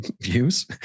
views